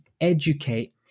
educate